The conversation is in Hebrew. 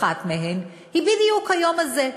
אחת מהן היא בדיוק היום הזה,